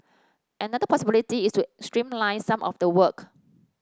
another possibility is to streamline some of the work